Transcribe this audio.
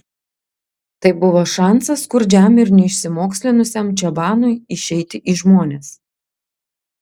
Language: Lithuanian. tai buvo šansas skurdžiam ir neišsimokslinusiam čabanui išeiti į žmones